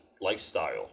lifestyle